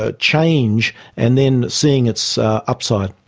ah change and then seeing its upside.